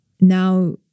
Now